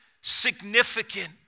significant